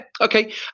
okay